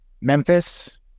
Memphis